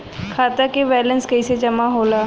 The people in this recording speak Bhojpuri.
खाता के वैंलेस कइसे जमा होला?